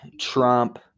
Trump